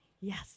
Yes